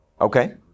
Okay